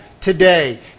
today